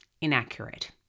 inaccurate